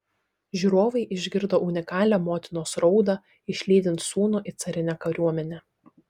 žiūrovai išgirdo unikalią motinos raudą išlydint sūnų į carinę kariuomenę